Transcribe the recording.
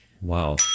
Wow